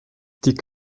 die